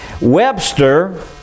Webster